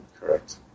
correct